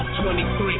23